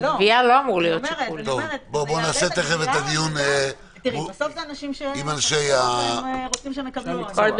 אני אומרת -- -בסוף זה אנשים ש -- -ורוצים שהם יקבלו עונש,